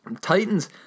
Titans